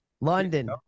London